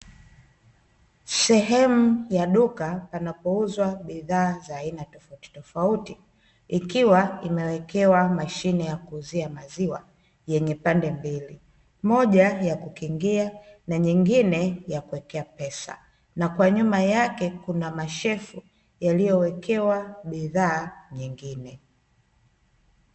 Sehemu ya duka panapouzwa bidhaa za aina tofautitofauti, ikiwa imewekewa mashine ya kuuzia maziwa yenye pande mbili, moja ya kukingia na nyingine ya kuwekea pesa. Na kwa nyuma yake kuna mashelfu yaliyowekewa bidhaa nyingine.